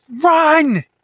run